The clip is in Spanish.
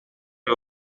vio